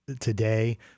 today